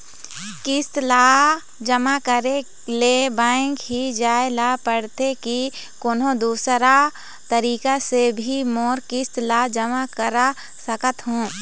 किस्त ला जमा करे ले बैंक ही जाए ला पड़ते कि कोन्हो दूसरा तरीका से भी मोर किस्त ला जमा करा सकत हो?